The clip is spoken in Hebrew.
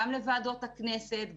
גם לוועדות הכנסת,